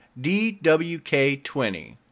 DWK20